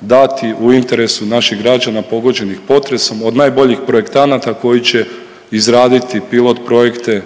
dati u interesu naših građana pogođenih potresom od najboljih projektanata koji će izraditi pilot projekte